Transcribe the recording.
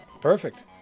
Perfect